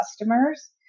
customers